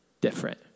different